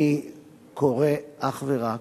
אני קורא אך ורק,